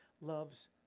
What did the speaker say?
loves